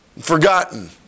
forgotten